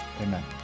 Amen